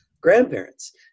grandparents